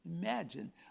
imagine